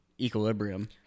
equilibrium